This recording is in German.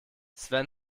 sven